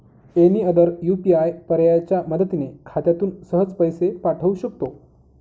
any other UPI पर्यायाच्या मदतीने खात्यातून सहज पैसे पाठवू शकतो